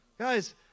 Guys